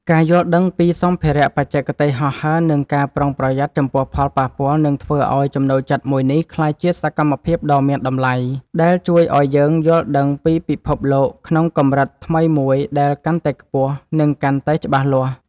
ការយល់ដឹងពីសម្ភារៈ បច្ចេកទេសហោះហើរ និងការប្រុងប្រយ័ត្នចំពោះផលប៉ះពាល់ នឹងធ្វើឱ្យចំណូលចិត្តមួយនេះក្លាយជាសកម្មភាពដ៏មានតម្លៃ ដែលជួយឱ្យយើងយល់ដឹងពីពិភពលោកក្នុងកម្រិតថ្មីមួយដែលកាន់តែខ្ពស់ និងកាន់តែច្បាស់លាស់។